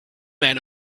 man